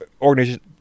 organization